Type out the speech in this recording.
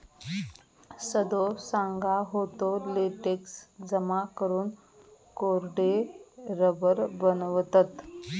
सदो सांगा होतो, लेटेक्स जमा करून कोरडे रबर बनवतत